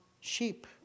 sheep